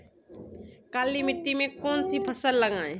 काली मिट्टी में कौन सी फसल लगाएँ?